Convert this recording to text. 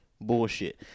Bullshit